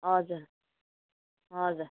हजुर हजुर